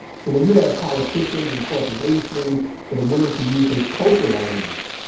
so, when you have politicians and corporations that are willing to use those cultural arguments,